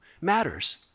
matters